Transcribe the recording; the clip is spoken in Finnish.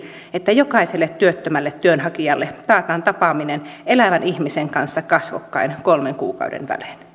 että jokaiselle työttömälle työnhakijalle taataan tapaaminen elävän ihmisen kanssa kasvokkain kolmen kuukauden välein